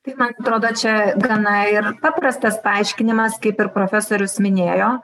tai man atrodo čia gana ir paprastas paaiškinimas kaip ir profesorius minėjo